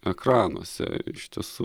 ekranuose iš tiesų